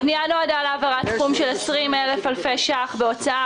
הפנייה נועדה להעברת סכום של 20,000 אלפי ש"ח בהוצאה,